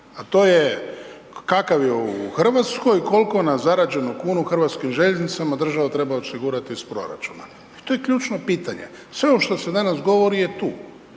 a to je kakav je u Hrvatskoj, koliko na zarađenu kunu Hrvatskim željeznicama država treba osigurati iz proračuna i to je ključno pitanje. Sve ovo što se danas govori je tu,